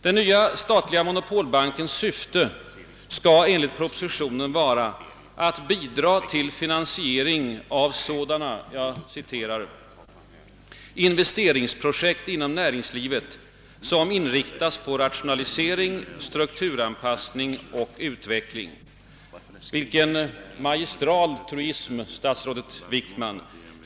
Den nya statliga monopolbankens syfte skall enligt propositionen vara att bidra till finansiering av sådana »investeringsprojekt inom näringslivet som inriktas på rationalisering, strukturanpassning och utveckling». Vilken magistral truism, statsrådet Wickman!